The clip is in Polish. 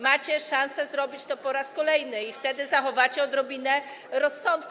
Macie szansę zrobić to po raz kolejny i wtedy zachowacie odrobinę rozsądku.